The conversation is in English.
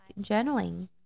journaling